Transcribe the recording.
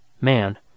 MAN